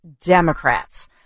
Democrats